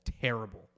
terrible